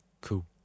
Cool